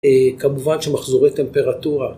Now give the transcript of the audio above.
כמובן שמחזורי טמפרטורה.